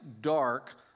dark